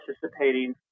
participating